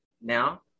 Now